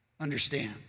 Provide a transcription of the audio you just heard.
understand